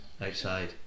Outside